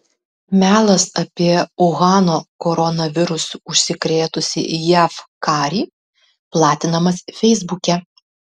melas apie uhano koronavirusu užsikrėtusį jav karį platinamas feisbuke